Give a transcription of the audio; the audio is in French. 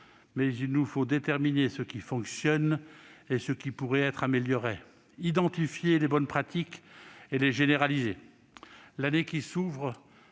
mais il nous faut déterminer ce qui fonctionne et ce qui pourrait être amélioré, identifier les bonnes pratiques et les généraliser. L'année qui s'ouvre